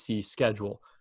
schedule